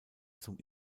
zum